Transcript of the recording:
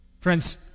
friends